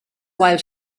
while